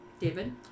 David